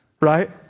right